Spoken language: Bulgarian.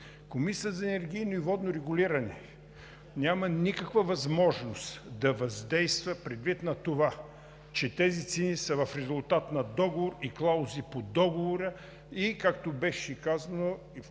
Комисията за енергийно и водно регулиране няма никаква възможност да въздейства предвид на това, че тези цени са в резултат на договор и клаузи по него, както беше казано,